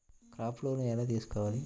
Crop loan ఎలా తీసుకోవాలి?